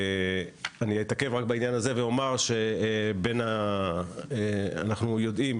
אני אתעכב בעניין הזה ואומר שאנחנו יודעים